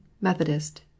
Methodist